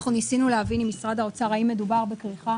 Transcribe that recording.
אנחנו ניסינו להבין ממשרד האוצר האם מדובר בכריכה